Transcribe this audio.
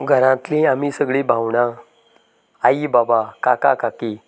घरांतली आमी सगळीं भावंडां आई बाबा काका काकी